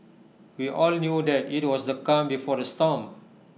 we all knew that IT was the calm before the storm